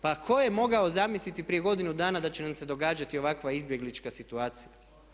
Pa tko je mogao zamisliti prije godinu dana da će nam se događati ovakva izbjeglička situacija.